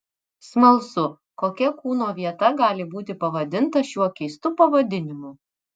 smalsu kokia kūno vieta gali būti pavadinta šiuo keistu pavadinimu